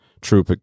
true